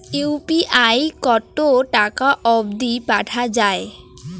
UPI কতো টাকা অব্দি পাঠা যায়?